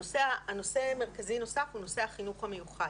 נושא מרכזי נוסף הוא נושא החינוך המיוחד.